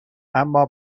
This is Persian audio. اما